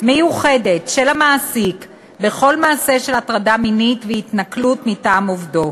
מיוחדת של המעסיק בכל מעשה של הטרדה מינית והתנכלות מטעם עובדו.